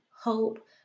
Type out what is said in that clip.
hope